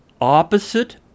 opposite